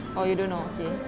or you don't know K